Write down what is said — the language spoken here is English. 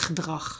gedrag